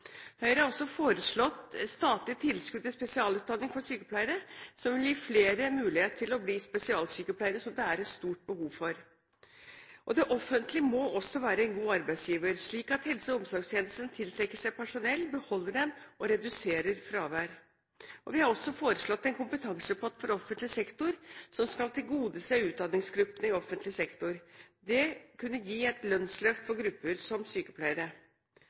Høyre har også foreslått statlige tilskudd til spesialutdanning for sykepleiere, som vil gi flere mulighet til å bli spesialsykepleiere, som det er et stort behov for. Det offentlige må også være en god arbeidsgiver, slik at helse- og omsorgstjenesten tiltrekker seg personell, beholder dem og reduserer fravær. Vi har også foreslått en kompetansepott som skal tilgodese utdanningsgruppene i offentlig sektor. Det å kunne gi et lønnsløft for grupper som sykepleiere.